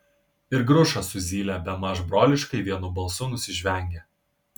ir grušas su zyle bemaž broliškai vienu balsu nusižvengė